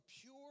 pure